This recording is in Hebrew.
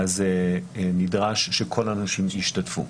נדרש שכל הנושים ישתתפו.